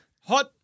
Hot